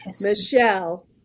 Michelle